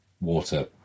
water